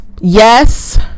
yes